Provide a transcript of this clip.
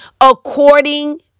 according